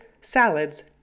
salads